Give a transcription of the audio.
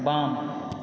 बाम